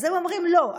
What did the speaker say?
אז הם אומרים: לא,